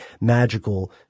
magical